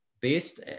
based